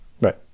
right